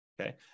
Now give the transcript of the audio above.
Okay